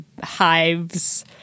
hives